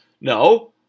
No